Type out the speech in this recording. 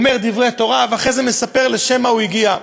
אומר דברי תורה, ואחרי זה מספר לשם מה הוא הגיע.